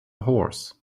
horse